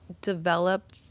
develop